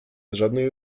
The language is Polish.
żadnej